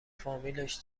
فامیلش